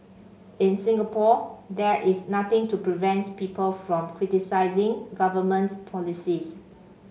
in Singapore there is nothing to prevent people from criticising government policies